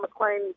McClain